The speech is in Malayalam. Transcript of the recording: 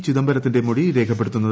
ചിദംബരത്തിന്റെ മൊഴി രേഖപ്പെടുത്തുന്നത്